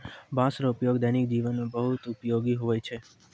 बाँस रो उपयोग दैनिक जिवन मे बहुत उपयोगी हुवै छै